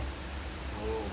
oh okay